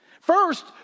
First